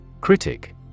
Critic